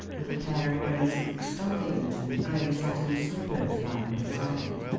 with a pair of gray silk stockings and gray satin slippers lying beside it.